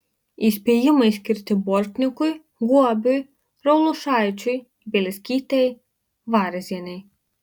įspėjimai skirti bortnikui guobiui raulušaičiui bielskytei varzienei